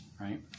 right